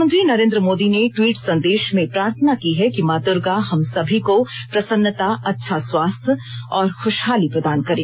प्रधानमंत्री नरेंद्र मोदी ने ट्वीट संदेश में प्रार्थना की है कि मां दुर्गा हम सभी को प्रसन्नता अच्छा स्वास्थ्य और खुशहाली प्रदान करें